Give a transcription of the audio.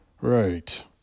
Right